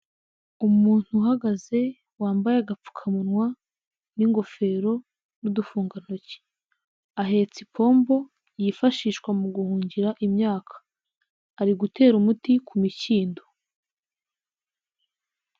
Umuntu uhagaze wambaye agapfukamunwa n'ingofero n'udufungantoki, ahetse ipombo yifashishwa mu guhungira imyaka, ari gutera umuti ku mikindo.